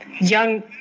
young